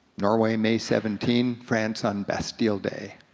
norway may seventeen, france on bastille day.